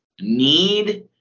need